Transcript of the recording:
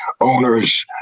owners